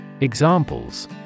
Examples